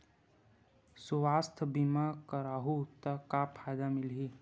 सुवास्थ बीमा करवाहू त का फ़ायदा मिलही?